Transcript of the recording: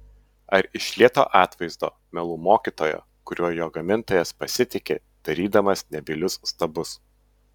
ar iš lieto atvaizdo melų mokytojo kuriuo jo gamintojas pasitiki darydamas nebylius stabus